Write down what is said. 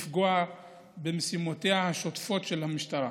מענה על השאילתה.